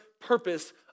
purpose